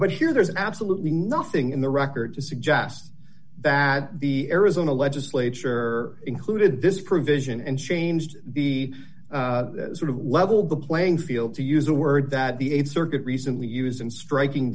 but here there's absolutely nothing in the record to suggest that the arizona legislature included this provision and changed the sort of level the playing field to use a word that the th circuit recently used and striking